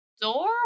door